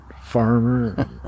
Farmer